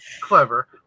clever